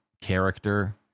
character